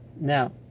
Now